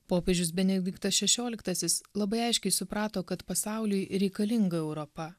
popiežius benediktas šešioliktasis labai aiškiai suprato kad pasauliui reikalinga europa